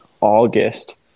August